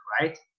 right